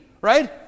right